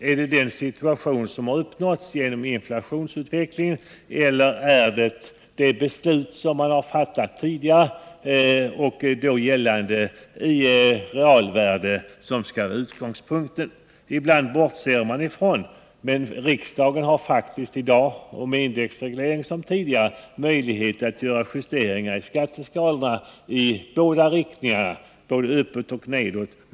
Är det den situation som uppnåtts genom inflationsutvecklingen eller det beslut man fattat tidigare med justering för penningvärdeförändringen som skall vara utgångspunkten? Man bortser ofta från det faktum att riksdagen i dag liksom tidigare trots indexregleringen har möjligheter att göra justeringar i skatteskalorna i båda riktningarna, både uppåt och nedåt.